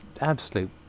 absolute